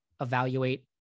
evaluate